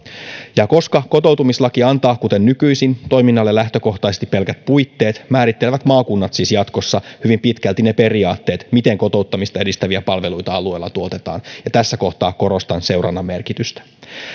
koska kotoutumislaki antaa kuten nykyisin toiminnalle lähtökohtaisesti pelkät puitteet määrittelevät maakunnat siis jatkossa hyvin pitkälti ne periaatteet miten kotouttamista edistäviä palveluita alueella tuotetaan ja tässä kohtaa korostan seurannan merkitystä